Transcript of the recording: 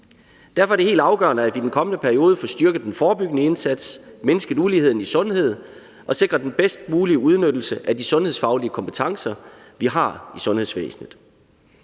Derfor er det helt afgørende, at vi i den kommende periode får styrket den forebyggende indsats, mindsket uligheden i sundhed og sikret den bedst mulige udnyttelse af de sundhedsfaglige kompetencer, vi har i sundhedsvæsenet.